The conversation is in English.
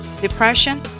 depression